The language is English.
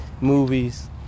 movies